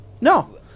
No